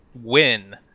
win